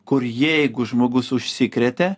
kur jeigu žmogus užsikrėtė